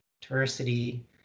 diversity